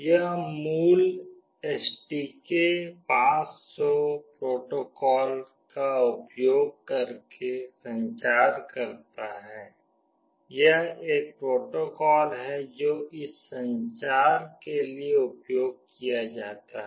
यह मूल STK500 protocol का उपयोग करके संचार करता है यह एक प्रोटोकॉल है जो इस संचार के लिए उपयोग किया जाता है